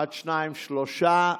שלושה.